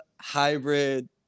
hybrid